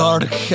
Dark